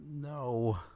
No